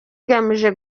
igamije